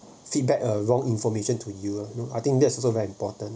feedback a wrong information to you I think that's also very important